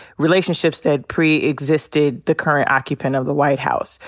relationships that preexisted the current occupant of the white house.